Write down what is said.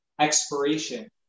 expiration